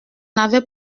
avait